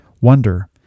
wonder